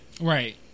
right